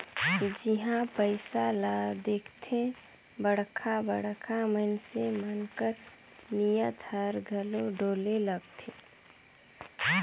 जिहां पइसा ल देखथे बड़खा बड़खा मइनसे मन कर नीयत हर घलो डोले लगथे